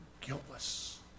guiltless